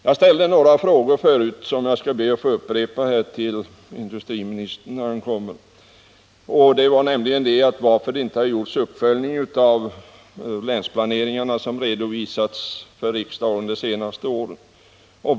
Jag ställde några frågor förut, som jag skall be att få upprepa för industriministern när han nu kommit: Varför har ingen uppföljning gjorts av de länsplaneringar som uppvisats för riksdagen de senaste åren?